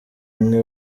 umwe